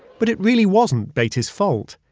but it really wasn't beatty's fault.